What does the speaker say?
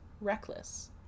reckless